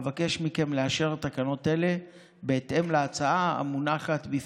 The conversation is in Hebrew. אבקש מכם לאשר תקנות אלה בהתאם להצעה המונחת בפניכם.